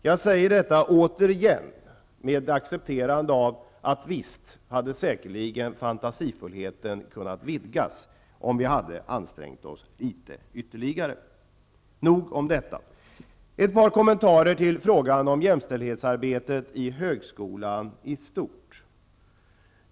Jag säger detta återigen, med accepterande, att visst hade fantasifullheten säkerligen kunnat vidgas om vi hade ansträngt oss ytterligare. Jag vill göra ett par kommentarer till frågan om jämställdhetsarbetet i högskolan i stort.